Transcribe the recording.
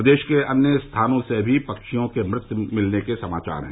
प्रदेश के अन्य स्थानों से भी पक्षियों के मृत मिलने के समाचार हैं